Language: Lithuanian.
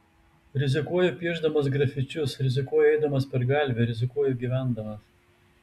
rizikuoju piešdamas grafičius rizikuoju eidamas per gatvę rizikuoju gyvendamas